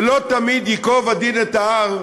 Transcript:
ולא תמיד ייקוב הדין את ההר,